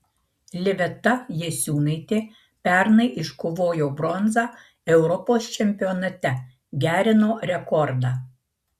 liveta jasiūnaitė pernai iškovojo bronzą europos čempionate gerino rekordą